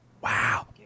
Wow